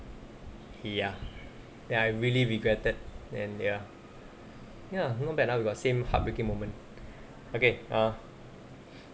ya then I really regretted and ya ya not bad ah we got the same heartbreaking moment okay uh